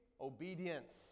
obedience